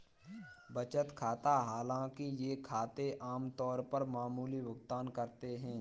बचत खाता हालांकि ये खाते आम तौर पर मामूली भुगतान करते है